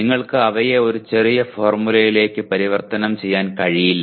നിങ്ങൾക്ക് അവയെ ഒരു ചെറിയ ഫോർമുലയിലേക്ക് പരിവർത്തനം ചെയ്യാൻ കഴിയില്ല